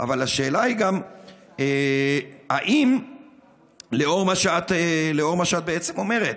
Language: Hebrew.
אבל השאלה היא גם אם לאור מה שאת בעצם אומרת: